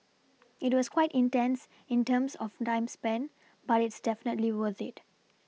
it was quite intense in terms of time spent but it's definitely worth it